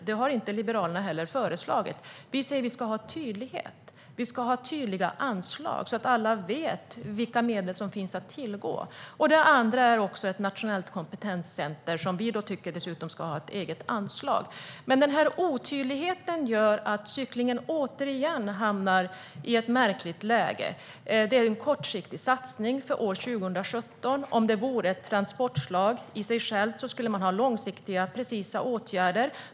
Det har Liberalerna inte heller föreslagit. Vi säger att det ska vara tydlighet och att vi ska ha tydliga anslag, så att alla vet vilka medel som finns att tillgå. Det handlar också om ett nationellt kompetenscenter, som vi dessutom tycker ska ha ett eget anslag. Men denna otydlighet gör att cyklingen återigen hamnar i ett märkligt läge. Det är en kortsiktig satsning för år 2017. Om det vore ett transportslag i sig självt skulle det vara långsiktiga och precisa åtgärder.